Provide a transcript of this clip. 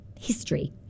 history